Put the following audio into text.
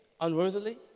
unworthily